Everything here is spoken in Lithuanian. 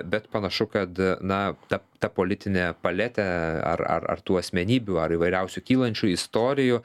bet panašu kad na ta ta politinė paletė ar ar ar tų asmenybių ar įvairiausių kylančių istorijų